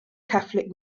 catholic